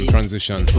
Transition